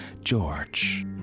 George